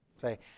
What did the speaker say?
Say